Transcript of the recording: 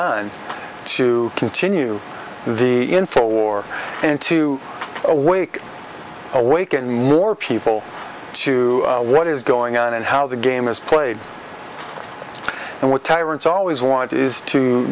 on to continue the info war and to awake awaken more people to what is going on and how the game is played and what tyrants always want is to